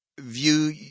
view